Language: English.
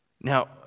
Now